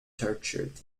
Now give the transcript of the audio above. tortured